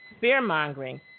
fear-mongering